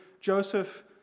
joseph